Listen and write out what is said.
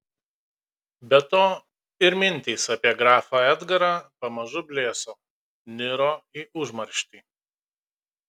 be to ir mintys apie grafą edgarą pamažu blėso niro į užmarštį